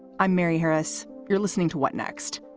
i'm mary harris. you're listening to what next.